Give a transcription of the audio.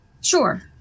Sure